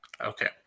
Okay